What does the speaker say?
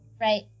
right